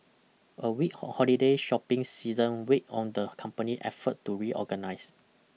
a weak holiday shopping season weighed on the company effort to reorganize